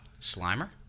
Slimer